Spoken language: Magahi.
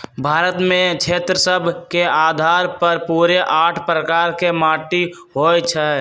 भारत में क्षेत्र सभ के अधार पर पूरे आठ प्रकार के माटि होइ छइ